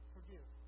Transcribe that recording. Forgive